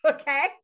Okay